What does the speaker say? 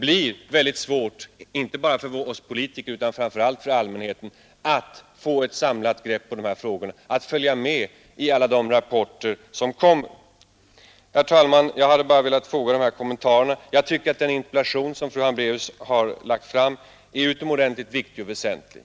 Det blir väldigt svårt, inte bara för oss politiker utan framför allt för allmänheten, att få ett samlat grepp på de här frågorna, att följa med i alla de rapporter som kommer. Herr talman! Jag ville bara tillfoga dessa kommentarer. Den interpellation som fru Hambraeus har framställt är utomordentligt väsentlig.